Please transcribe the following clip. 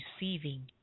receiving